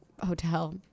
hotel